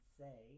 say